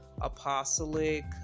apostolic